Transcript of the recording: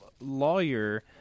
lawyer